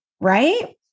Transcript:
right